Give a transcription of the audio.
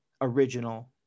original